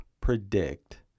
predict